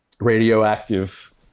radioactive